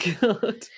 God